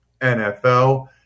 NFL